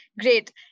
Great